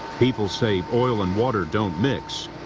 people say oil and water don't mix,